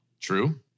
True